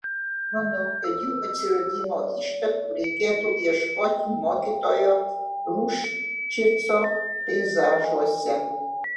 manau kad jų atsiradimo ištakų reikėtų ieškoti mokytojo ruščico peizažuose